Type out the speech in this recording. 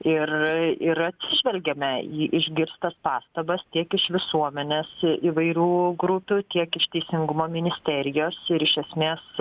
ir ir atsižvelgiame į išgirstas pastabas tiek iš visuomenės įvairių grupių tiek iš teisingumo ministerijos ir iš esmės